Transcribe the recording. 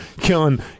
killing